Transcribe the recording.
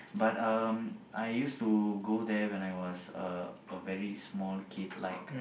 but um I used to go there when I was a a very small kid like